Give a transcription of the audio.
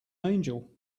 angel